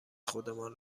خودمان